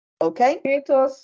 Okay